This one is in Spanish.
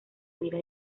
mira